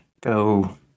go